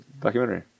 documentary